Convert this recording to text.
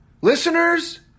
Listeners